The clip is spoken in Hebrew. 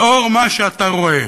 לאור מה שאתה רואה,